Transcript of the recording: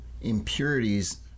impurities